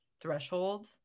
threshold